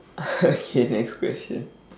okay next question